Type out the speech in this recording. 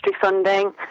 funding